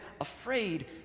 afraid